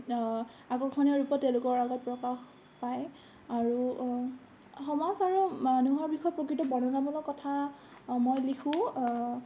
আকৰ্ষণীয় ৰূপত তেওঁলোকৰ আগত প্ৰকাশ পায় আৰু সমাজ আৰু মানুহৰ বিষয়ে প্ৰকৃত বৰ্ণনামূলক কথা মই লিখোঁ